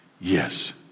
Yes